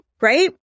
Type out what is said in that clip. right